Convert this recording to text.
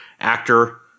actor